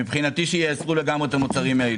מבחינתי שיאסרו לגמרי על המוצרים האלה.